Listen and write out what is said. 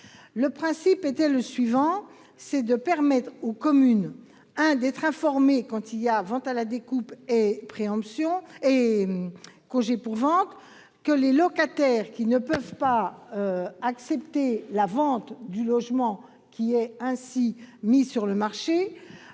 principe de ce dispositif est de permettre aux communes d'être informées quand il y a vente à la découpe ou congé pour vente et que les locataires ne peuvent pas accepter la vente du logement qui est ainsi mis sur le marché.